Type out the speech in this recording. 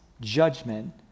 judgment